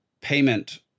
payment